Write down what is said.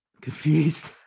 confused